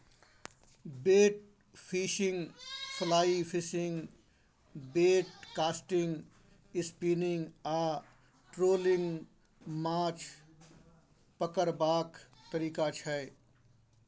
bait fishing, fly fishing, bait casting, spinning आ trolling माछ पकरबाक तरीका छै